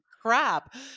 crap